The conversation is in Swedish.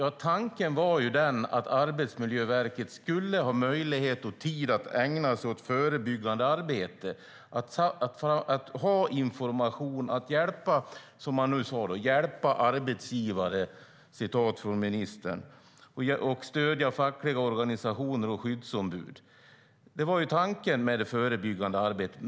Ja, tanken var ju att Arbetsmiljöverket skulle ha möjlighet och tid att ägna sig åt förebyggande arbete, information, att "hjälpa arbetsgivare" - citat från ministern - och att stödja fackliga organisationer och skyddsombud. Det var tanken med det förebyggande arbetet.